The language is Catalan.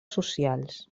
socials